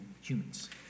humans